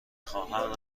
خواهم